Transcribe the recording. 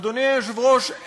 אדוני היושב-ראש,